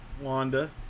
Wanda